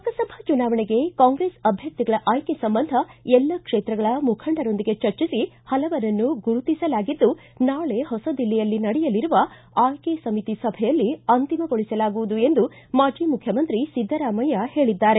ಲೋಕಸಭಾ ಚುನಾವಣೆಗೆ ಕಾಂಗ್ರೆಸ್ ಅಭ್ಯರ್ಥಿಗಳ ಆಯ್ಕೆ ಸಂಬಂಧ ಎಲ್ಲ ಕ್ಷೇತ್ರಗಳ ಮುಖಂಡರೊಂದಿಗೆ ಚರ್ಚಿಸಿ ಪಲವರನ್ನು ಗುರುತಿಸಲಾಗಿದ್ದು ನಾಳೆ ಹೊಸ ದಿಲ್ಲಿಯಲ್ಲಿ ನಡೆಯಲಿರುವ ಆಯ್ಕೆ ಸಮಿತಿ ಸಭೆಯಲ್ಲಿ ಅಂತಿಮಗೊಳಿಸಲಾಗುವುದು ಎಂದು ಮಾಜಿ ಮುಖ್ಯಮಂತ್ರಿ ಸಿದ್ದರಾಮಯ್ಯ ಹೇಳಿದ್ದಾರೆ